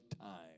time